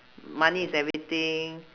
money is everything